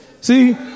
See